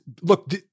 look